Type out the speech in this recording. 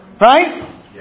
Right